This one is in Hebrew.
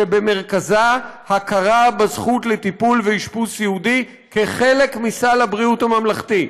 שבמרכזה הכרה בזכות לטיפול ואשפוז סיעודי כחלק מסל הבריאות הממלכתי,